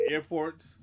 Airports